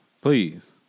Please